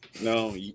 No